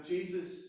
Jesus